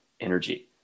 energy